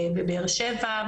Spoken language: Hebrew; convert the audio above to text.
בבאר שבע,